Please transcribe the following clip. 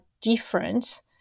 different